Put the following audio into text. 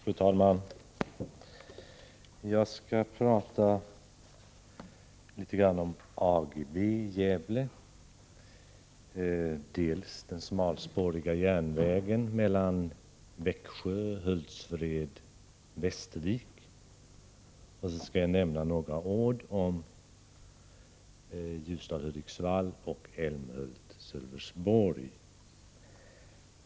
Fru talman! Jag skall tala litet om AGEVE i Gävle, om den smalspåriga järnvägen Växjö-Hultsfred-Västervik och slutligen om Ljusdal-Hudiksvall och Älmhult-Sölvesborg.